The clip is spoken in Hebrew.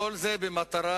כל זה במטרה